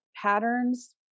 patterns